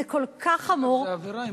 זה כל כך חמור, זה עבירה.